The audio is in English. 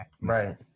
Right